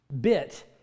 bit